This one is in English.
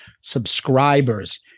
subscribers